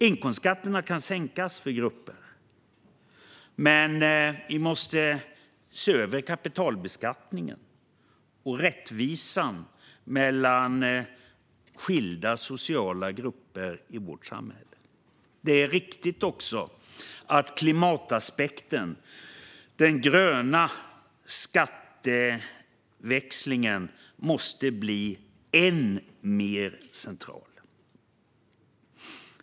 Inkomstskatterna kan sänkas för grupper, men vi måste se över kapitalbeskattningen och rättvisan mellan skilda sociala grupper i vårt samhälle. Det är också viktigt med klimataspekten. Den gröna skatteväxlingen måste bli än mer central.